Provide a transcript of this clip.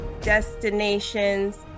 destinations